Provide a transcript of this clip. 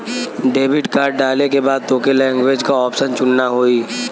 debit card डाले के बाद तोके लैंग्वेज क ऑप्शन चुनना होई